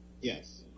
yes